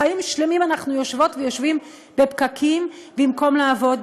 חיים שלמים אנחנו יושבות ויושבים בפקקים במקום לעבוד,